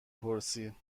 پرسی